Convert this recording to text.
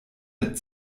mit